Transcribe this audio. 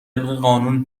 قانون